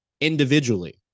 Individually